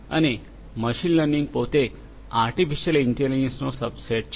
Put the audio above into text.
અને machine learning પોતે artificial ઇન્ટેલિજન્સનો સબસેટ છે